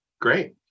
Great